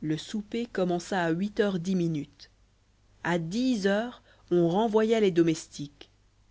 le souper commença à huit heures dix minutes à dix heures on renvoya les domestiques